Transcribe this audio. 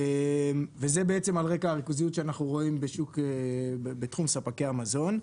וזה בעצם על רקע הריכוזיות שאנחנו רואים בתחום ספקי המזון.